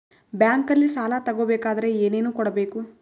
ಬ್ಯಾಂಕಲ್ಲಿ ಸಾಲ ತಗೋ ಬೇಕಾದರೆ ಏನೇನು ಕೊಡಬೇಕು?